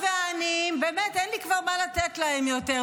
אני לא יודע על מה לשפוך אותו.